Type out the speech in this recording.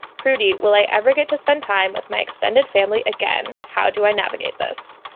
prudy. will i ever get to spend time with my extended family again? how do i navigate this?